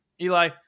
Eli